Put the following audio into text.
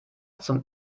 zum